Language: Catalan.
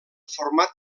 format